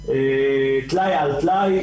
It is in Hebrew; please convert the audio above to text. טלאי על טלאי,